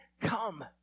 come